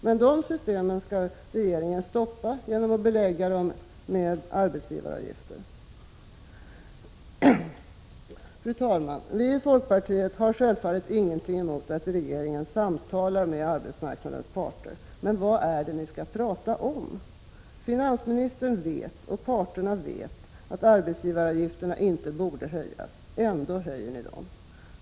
Men dessa system vill regeringen stoppa genom att belägga de anställdas vinstandelar med arbetsgivaravgifter. Vi i folkpartiet har självfallet ingenting emot att regeringen samtalar med arbetsmarknadens parter, men vad är det ni skall prata om? Finansministern vet, och parterna vet, att arbetsgivaravgifterna inte borde höjas — ändå gör ni det!